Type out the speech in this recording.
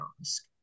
ask